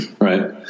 Right